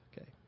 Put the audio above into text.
Okay